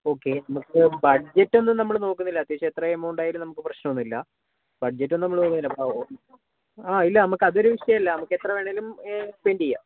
okay നമുക്ക് budget ഒന്നും നമ്മൾ നോക്കുന്നില്ല അത്യാവശ്യം എത്ര എമൗണ്ട് ആയാലും നമുക്ക് പ്രശ്നം ഒന്നും ഇല്ല ബഡ്ജറ്റ് ഒന്നും നമ്മൾ നോക്കുന്നില്ല ആ ഇല്ല നമുക്കതൊരു വിഷയം അല്ല നമുക്കെത്ര വേണമെങ്കിലും സ്പെന്റ് ചെയ്യാം